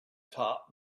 top